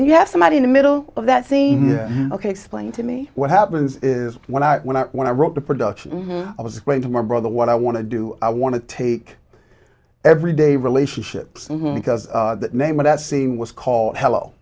then you have somebody in the middle of that thing ok explain to me what happens is when i when i when i wrote the production i was going to my brother what i want to do i want to take every day relationships because the name of that scene was called hello